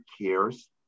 cares